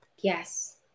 Yes